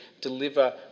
deliver